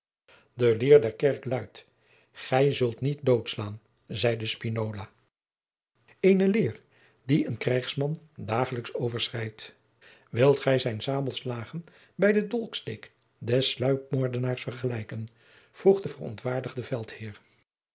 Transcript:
de leer der kerk luidt gij zult niet doodslaan zeide spinola eene leer die een krijgsman dagelijks overschrijdt wilt gij zijn sabelslagen bij den dolksteek des sluikmoordenaars vergelijken vroeg de verontwaardigde